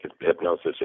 hypnosis